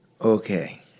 Okay